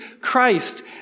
Christ